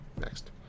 next